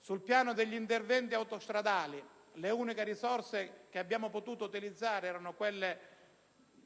Sul piano degli interventi autostradali, le uniche risorse che abbiamo potuto utilizzare erano quelle